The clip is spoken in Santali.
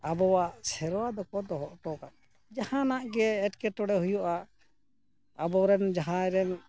ᱟᱵᱚᱣᱟᱜ ᱥᱮᱨᱣᱟ ᱫᱚᱠᱚ ᱫᱚᱦᱚᱴᱚᱣ ᱡᱟᱦᱟᱱᱟᱜ ᱜᱮ ᱮᱴᱠᱮ ᱴᱚᱬᱮ ᱦᱩᱭᱩᱜᱼᱟ ᱟᱵᱚᱨᱮᱱ ᱡᱟᱦᱟᱸᱭ ᱨᱮᱱ